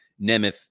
Nemeth